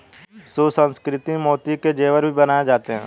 सुसंस्कृत मोती के जेवर भी बनाए जाते हैं